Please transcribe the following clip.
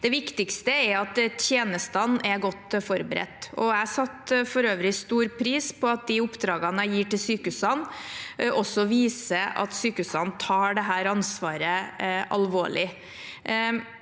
Det viktigste er at tjenestene er godt forberedt. Jeg setter for øvrig stor pris på at de oppdragene jeg gir til sykehusene, viser at sykehusene tar dette ansvaret alvorlig.